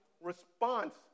response